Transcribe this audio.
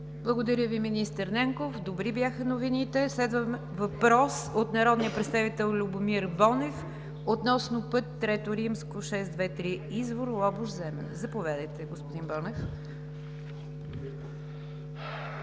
Благодаря Ви, министър Нанков. Добри бяха новините. Следва въпрос от народния представител Любомир Бонев относно път III-623 Извор – Лобош – Земен. Заповядайте, господин Бонев.